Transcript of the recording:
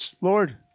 Lord